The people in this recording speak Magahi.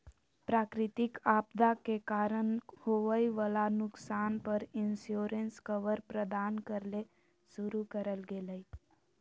प्राकृतिक आपदा के कारण होवई वला नुकसान पर इंश्योरेंस कवर प्रदान करे ले शुरू करल गेल हई